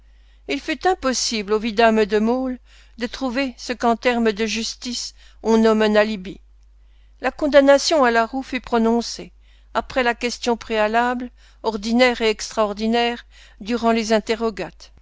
il fut impossible au vidame de maulle de trouver ce qu'en termes de justice on nomme un alibi la condamnation à la roue fut prononcée après la question préalable ordinaire et extraordinaire durant les interrogats